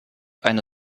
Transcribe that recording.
eine